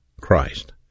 Christ